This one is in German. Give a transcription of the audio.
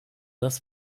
das